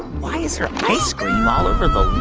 why is her ice cream all over the lawn?